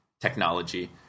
technology